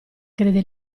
crede